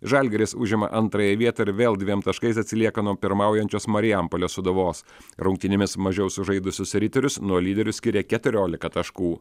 žalgiris užima antrąją vietą ir vėl dviem taškais atsilieka nuo pirmaujančios marijampolės sūduvos rungtynėmis mažiau sužaidusius riterius nuo lyderių skiria keturiolika taškų